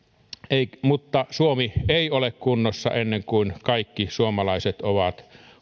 mutta suomi ei ole kunnossa ennen kuin kaikki suomalaiset ovat